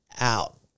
out